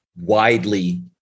widely